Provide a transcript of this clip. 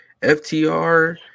FTR